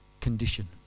condition